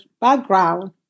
background